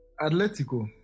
Atletico